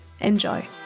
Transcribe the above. Enjoy